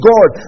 God